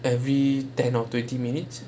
every ten or twenty minutes